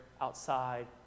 outside